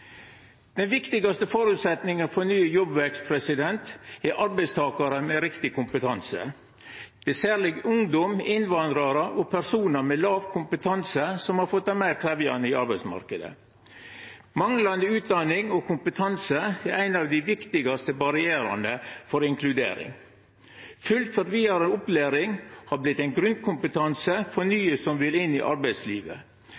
Den viktigaste føresetnaden for ny jobbvekst er arbeidstakarar med riktig kompetanse. Det er særleg ungdom, innvandrarar og personar med låg kompetanse som har fått det meir krevjande på arbeidsmarknaden. Manglande utdanning og kompetanse er ein av dei viktigaste barrierane for å bli inkludert. Fullført vidare opplæring har blitt ein grunnkompetanse for